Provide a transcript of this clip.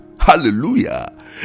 hallelujah